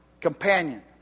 companion